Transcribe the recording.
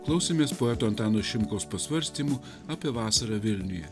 klausėmės poeto antano šimkaus pasvarstymų apie vasarą vilniuje